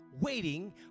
waiting